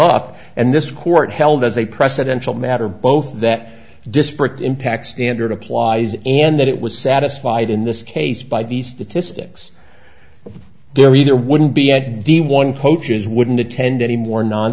up and this court held as a presidential matter both that disparate impact standard applies and that it was satisfied in this case by the statistics there either wouldn't be and the one coaches wouldn't attend any more non